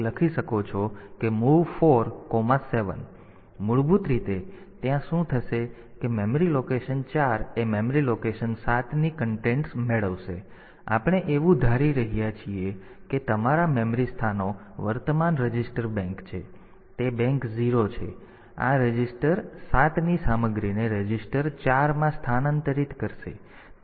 તેથી મૂળભૂત રીતે ત્યાં શું થશે કે મેમરી લોકેશન 4 એ મેમરી લોકેશન 7 ની સામગ્રી મેળવશે અને આપણે એવું ધારી રહ્યા છીએ કે તમારા મેમરી સ્થાનો વર્તમાન રજિસ્ટર બેંક છે તે બેંક 0 છે પછી આ રજીસ્ટર 7 ની સામગ્રીને રજીસ્ટર 4 માં સ્થાનાંતરિત કરશે